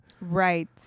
Right